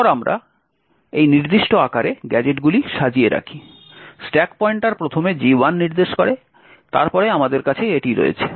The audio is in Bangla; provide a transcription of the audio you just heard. তারপর আমরা এই নির্দিষ্ট আকারে গ্যাজেটগুলি সাজিয়ে রাখি স্ট্যাক পয়েন্টার প্রথমে G1 নির্দেশ করে তারপরে আমাদের কাছে এটি রয়েছে